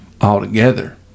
altogether